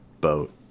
boat